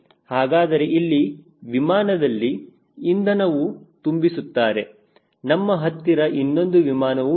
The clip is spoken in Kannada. ಹಾಗಾದರೆ ಇಲ್ಲಿ ವಿಮಾನದಲ್ಲಿ ಇಂಧನವನ್ನು ತುಂಬಿಸುತ್ತಾರೆ ನಮ್ಮ ಹತ್ತಿರ ಇನ್ನೊಂದು ವಿಮಾನವು ಇದೆ